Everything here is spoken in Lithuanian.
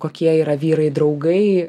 kokie yra vyrai draugai